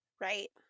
right